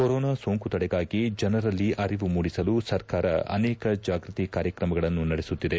corona ಸೋಂಕು ತಡೆಗಾಗಿ ಜನರಲ್ಲಿ ಅರಿವು ಮೂಡಿಸಲು ಸರ್ಕಾರ ಅನೇಕ ಜಾಗೃತಿ ಕಾರ್ಯಕ್ರಮಗಳನ್ನು ನಡೆಸುತ್ತಿದೆ